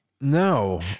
No